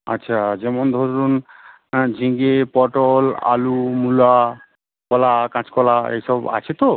আচ্ছা যেমন ধরুন ঝিঙে পটল আলু মূলা কলা কাঁচকলা এইসব আছে তো